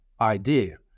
idea